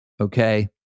Okay